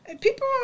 People